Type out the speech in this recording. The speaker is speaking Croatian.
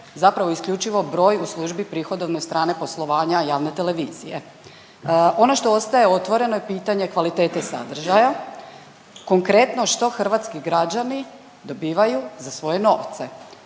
zapravo, isključivo broj u službi prihodovne strane poslovanja javne televizije. Ono što ostaje otvoreno je pitanje kvalitete sadržaja, konkretno, što hrvatski građani dobivaju za svoje novce?